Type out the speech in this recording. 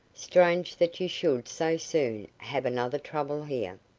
strange that you should so soon have another trouble here.